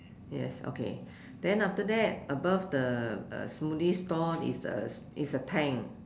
yes okay then after that above the uh smoothie stall is a is a tank